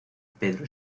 pedro